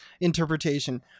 interpretation